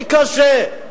למי קשה,